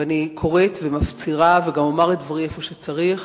ואני קוראת ומפצירה ואומר את דברי איפה שצריך,